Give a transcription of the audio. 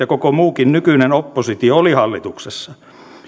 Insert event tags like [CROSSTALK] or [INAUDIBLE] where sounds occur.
[UNINTELLIGIBLE] koko muukin nykyinen oppositio olivat hallituksessa